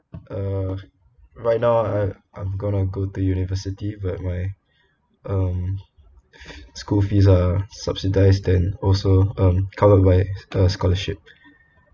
uh right now I I'm gonna go to university but my um school fees are subsidised and also um covered by a scholarship